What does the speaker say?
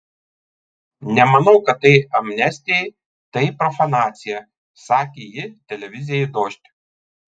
nemanau kad tai amnestijai tai profanacija sakė ji televizijai dožd